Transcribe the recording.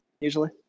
usually